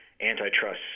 antitrust